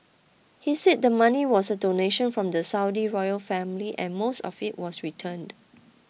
he said the money was a donation from the Saudi royal family and most of it was returned